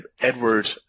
Edward